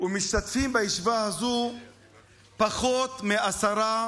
ומשתתפים בישיבה הזו פחות מעשרה